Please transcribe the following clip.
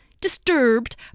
disturbed